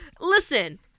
Listen